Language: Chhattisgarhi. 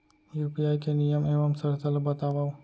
यू.पी.आई के नियम एवं शर्त ला बतावव